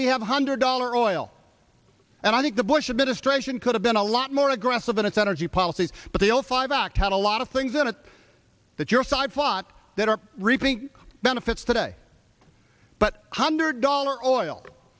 we have hundred dollar oil and i think the bush administration could have been a lot more aggressive in its energy policy but they all five back had a lot of things in it that your side thought that are reaping benefits today but hundred dollar oil